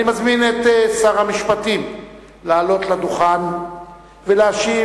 אני מזמין את שר המשפטים לעלות לדוכן ולהשיב